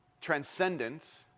Transcendence